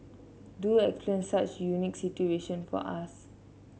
do explain such unique situation for us